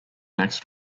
next